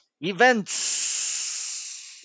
Events